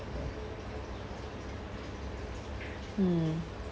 mm